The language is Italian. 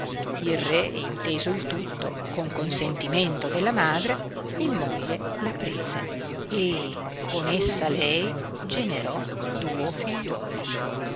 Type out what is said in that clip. il re inteso il tutto con consentimento della madre in moglie la prese e con essa lei generò duo figliuoli